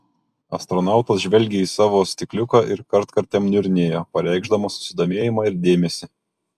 astronautas žvelgė į savo stikliuką ir kartkartėm niurnėjo pareikšdamas susidomėjimą ir dėmesį